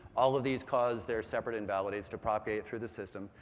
all of these cause their separate invalidates to propagate through the system.